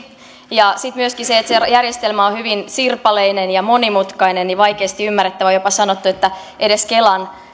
ja sitten on myöskin se että järjestelmä on hyvin sirpaleinen ja monimutkainen niin vaikeasti ymmärrettävä on jopa sanottu että edes kelan